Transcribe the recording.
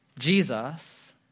Jesus